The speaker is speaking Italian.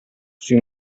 sui